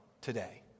today